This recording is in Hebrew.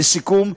לסיכום,